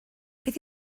beth